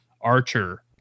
Archer